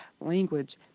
language